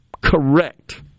correct